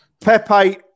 Pepe